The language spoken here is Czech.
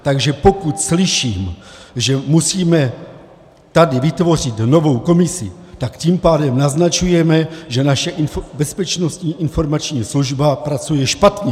Takže pokud slyším, že musíme tady vytvořit novou komisi, tak tím pádem naznačujeme, že naše Bezpečnostní informační služba pracuje špatně.